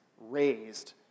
raised